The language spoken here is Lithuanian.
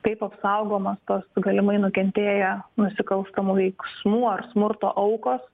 kaip apsaugomas tos galimai nukentėję nusikalstamų veiksmų ar smurto aukos